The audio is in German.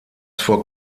vor